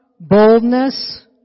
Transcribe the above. boldness